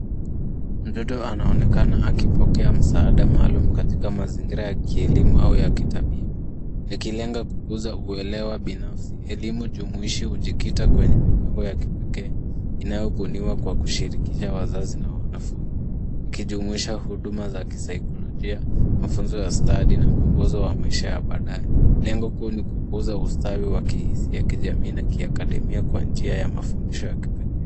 Mtoto anaonekana akipokea msaada maalum katika mazingira ya kielimu au ya kitabibu, likilenga kukuza uelewa binafsi. Elimu jumuishi hujikita kwenye mipango ya kipekee inayobuniwa kwa kushirikisha wazazi na wanafunzi ikijumuisha huduma za kisaikolojia, mafunzo ya stadi na mwongozo wa maisha ya baadae. Lengo kuu ni kukuza ustawi wa kihisia, kijamii na kiakademia kwa njia ya mafundisho ya kipekee.